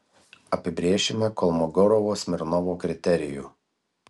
apibrėšime kolmogorovo smirnovo kriterijų